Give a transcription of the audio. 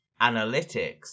analytics